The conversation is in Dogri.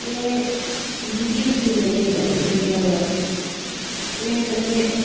ते मिगी उत्थै जाइयै डर बी लग्गेआ बड़ा ते कन्नै